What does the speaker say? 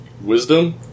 Wisdom